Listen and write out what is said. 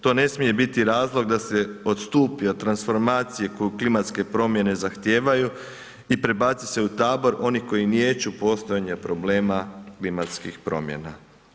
To ne smije biti razlog da se odstupi od transformacije koju klimatske promjene zahtijevaju i prebaciti se u tabor oni koji niječu postojanje problema klimatskih promjena.